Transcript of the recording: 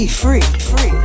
free